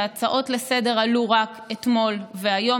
שההצעות לסדר-היום עלו רק אתמול והיום,